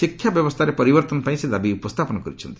ଶିକ୍ଷା ବ୍ୟବସ୍ଥାରେ ପରିବର୍ତ୍ତନ ପାଇଁ ସେ ଦାବି ଉପସ୍ଥାପନ କରିଛନ୍ତି